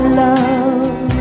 love